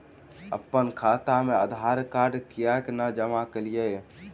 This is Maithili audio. अप्पन खाता मे आधारकार्ड कियाक नै जमा केलियै?